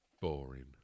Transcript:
boring